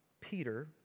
Peter